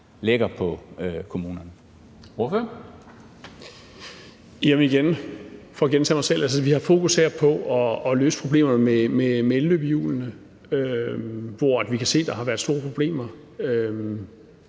10:54 Thomas Jensen (S): Jamen igen, for at gentage mig selv: Vi har fokus her på at løse problemerne med elløbehjulene, hvor vi kan se at der har været store problemer.